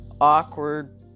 awkward